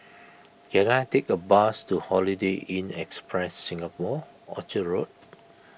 can I take a bus to Holiday Inn Express Singapore Orchard Road